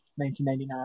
1999